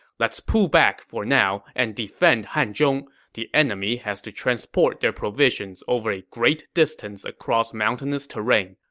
let's pull back for now and defend hanzhong. the enemy has to transport their provisions over a great distance across mountainous terrain.